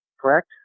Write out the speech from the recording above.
correct